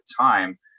time